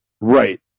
Right